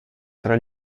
tra